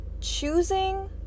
choosing